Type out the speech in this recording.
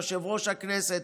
יושב-ראש הכנסת: